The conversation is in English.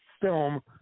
film